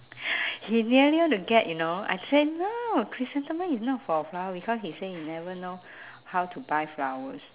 he nearly went to get you know I say no chrysanthemum is not for flower because he say he never know how to buy flowers